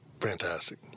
fantastic